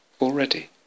Already